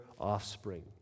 offspring